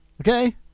Okay